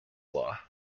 law